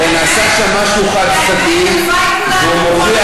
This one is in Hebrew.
הלוואי כולנו,